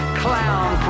clown